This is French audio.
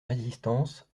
résistance